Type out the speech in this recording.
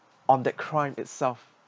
on the crime itself